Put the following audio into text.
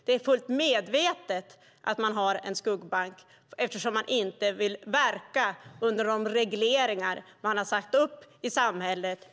Det är fullt medvetet att man har en skuggbank, eftersom man inte vill verka under de regleringar som samhället har satt upp.